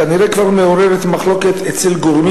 היא כנראה כבר מעוררת מחלוקת אצל גורמים